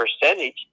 percentage